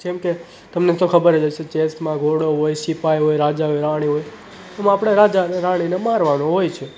જેમ કે તમને તો ખબર જ હશે ચેસમાં ઘોડો હોય સિપાઈ હોય રાજા હોય રાણી હોય એમાં આપણે રાજાને રાણીને મારવાનું હોય છે